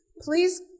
please